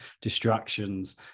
distractions